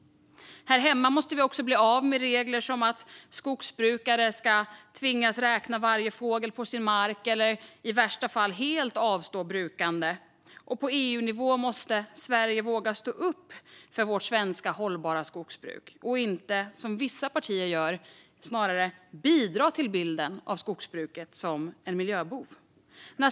Här hemma måste vi bli av med regler som att skogsbrukare ska tvingas att räkna varje fågel på sin mark eller i värsta fall helt avstå brukande. På EU-nivå måste Sverige våga stå upp för det svenska hållbara skogsbruket och inte, som vissa partier gör, snarare bidra till bilden av skogsbruket som en miljöbov.